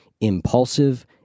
impulsive